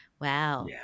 Wow